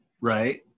right